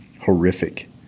horrific